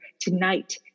tonight